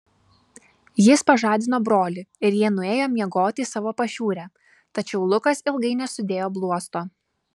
jis pažadino brolį ir jie nuėjo miegoti į savo pašiūrę tačiau lukas ilgai nesudėjo bluosto